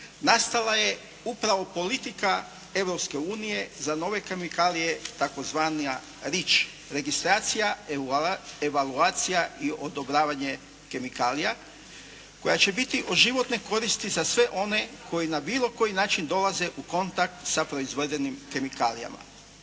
nastala je upravo politika Europske unije za nove kemikalije tzv. "REACH" registracija, evaluacija i odobravanje kemikalija koja će biti od životne koristi za sve one koji na bilo koji način dolaze u kontakt sa proizvedenim kemikalijama.